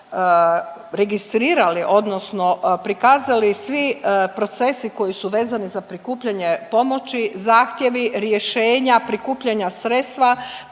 registrirali odnosno prikazali svi procesi koji su vezani za prikupljanje pomoći, zahtjevi, rješenja, prikupljanja sredstva